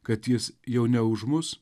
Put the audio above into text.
kad jis jau ne už mus